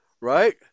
Right